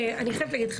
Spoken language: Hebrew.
אני חייבת להגיד לך,